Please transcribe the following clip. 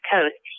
Coast